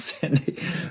Sandy